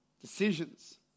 decisions